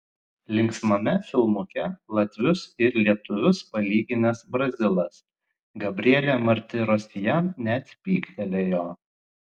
linksmame filmuke latvius ir lietuvius palyginęs brazilas gabrielė martirosian net pyktelėjo